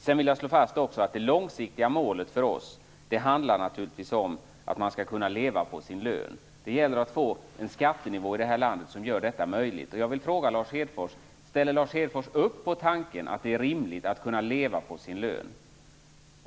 Jag vill också slå fast att det långsiktiga målet för oss naturligtvis handlar om att man skall kunna leva på sin lön. Det gäller att få en skattenivå i det här landet som gör detta möjligt. Jag vill fråga Lars Hedfors: Ställer Lars Hedfors upp på tanken att det är rimligt att man skall kunna leva på sin lön?